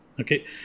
okay